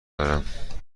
دارم